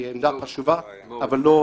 היא עמדה חשובה אבל...